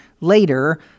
later